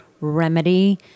remedy